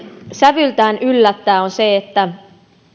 sävyltään hivenen yllättää on se että